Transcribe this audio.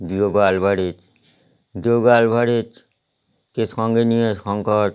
Diego Alvarez Diego আলভারেজকে সঙ্গে নিয়ে শঙ্কর